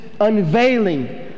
unveiling